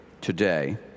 today